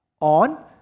On